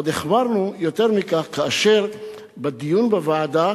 עוד החמרנו יותר מכך כאשר בדיון בוועדה